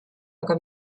aga